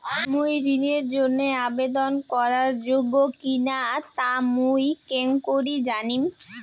মুই ঋণের জন্য আবেদন করার যোগ্য কিনা তা মুই কেঙকরি জানিম?